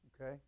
Okay